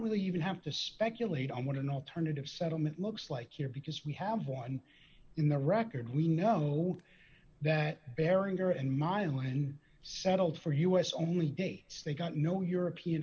really even have to speculate on what an alternative settlement looks like here because we have one in the record we know that behringer and milan settled for us only day they got no european